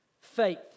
Faith